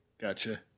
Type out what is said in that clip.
Gotcha